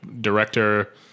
director